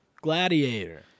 Gladiator